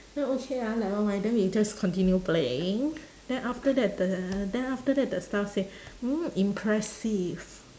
then okay ah never mind then we just continue playing then after that the then after that the staff say oh impressive